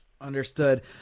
Understood